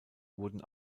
wurden